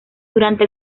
durante